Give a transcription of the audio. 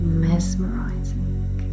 mesmerizing